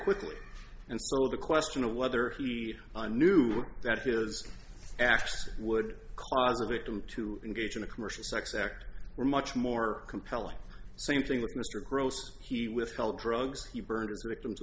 quickly and so the question of whether he knew that his ass would cause a victim to engage in a commercial sex act were much more compelling same thing with mr gross he withheld drugs he burned his victims